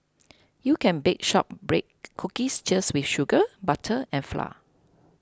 you can bake Shortbread Cookies just with sugar butter and flour